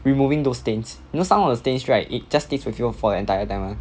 removing those stains you know some of the stains right it just stays with you for the entire time one